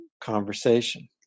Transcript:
conversation